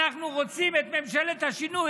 אנחנו רוצים את ממשלת השינוי.